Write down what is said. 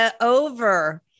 over